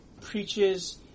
preaches